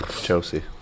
Chelsea